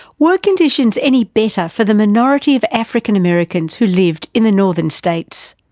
were conditions any better for the minority of african americans who lived in the northern states?